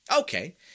Okay